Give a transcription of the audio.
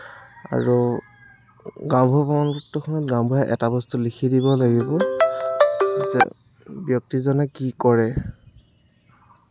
আৰু গাঁওবুঢ়াৰ প্ৰমাণ পত্ৰখনত গাওঁবুঢ়াই এটা কথা লিখি দিব লাগিব যে ব্যক্তিজনে কি কৰে